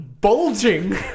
Bulging